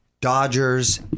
Dodgers